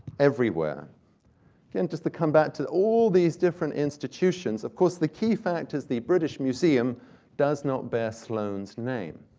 everywhere. and just to come back to all these different institutions, of course, the key fact is, the british museum does not bear sloane's name.